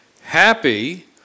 happy